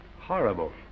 Horrible